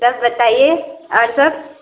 तब बताइए और सब